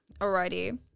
Alrighty